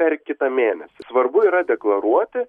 per kitą mėnesį svarbu yra deklaruoti